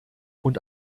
und